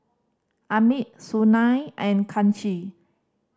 Amit Sunil and Kanshi